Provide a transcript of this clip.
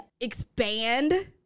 expand